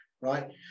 right